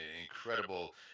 incredible